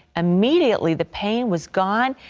immediately the pain was gone,